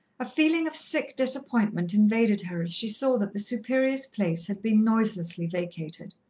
a feeling of sick disappointment invaded her as she saw that the superior's place had been noiselessly vacated.